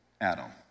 Adam